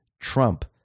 Trump